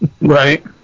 Right